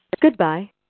Goodbye